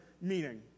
meaning